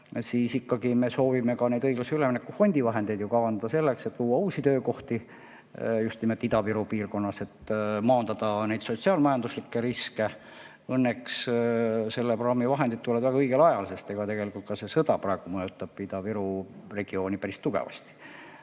siis ikkagi me soovime ka õiglase ülemineku fondi vahendeid kavandada selleks, et luua uusi töökohti just nimelt Ida-Viru piirkonnas ja maandada sotsiaal-majanduslikke riske. Õnneks selle programmi vahendid tulevad väga õigel ajal, sest tegelikult ka see sõda praegu mõjutab Ida-Viru regiooni päris tugevasti.